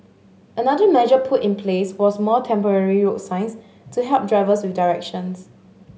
another measure put in place was more temporary road signs to help drivers with directions